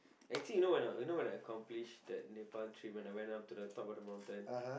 actually you know when I you know when I accomplish that Nepal trip when I went up to the top of the mountain